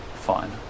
fine